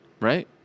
right